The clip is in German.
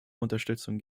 unterstützung